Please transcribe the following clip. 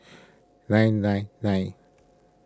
nine nine nine